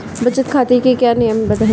बचत खाते के क्या नियम हैं बताएँ?